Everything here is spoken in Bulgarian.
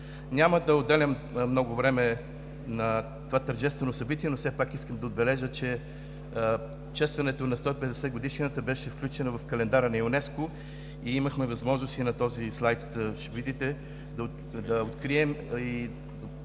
Няма да отделям много време на това тържествено събитие, но все пак искам да отбележа, че честването на 150-годишнината беше включено в календара на ЮНЕСКО и имахме възможност – на този слайд ще видите, да открием и